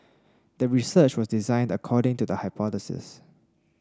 the research was designed according to the hypothesis